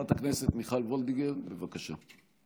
חברת הכנסת מיכל וולדיגר, בבקשה.